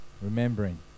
Remembering